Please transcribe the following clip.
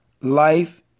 Life